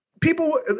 people